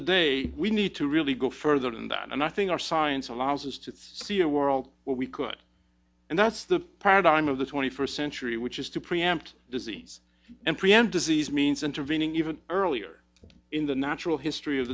the day we need to really go further than that and i think our science allows us to see a world where we could and that's the paradigm of the twenty first century which is to preempt disease and prevent disease means intervening even earlier in the natural history of